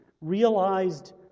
realized